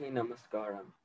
namaskaram